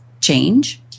change